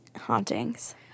hauntings